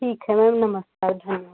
ठीक है मैम नमस्कार धन्यवाद